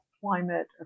climate